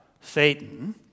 Satan